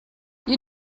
you